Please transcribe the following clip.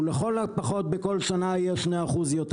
ולכל הפחות בכל שנה יהיה 2% יותר.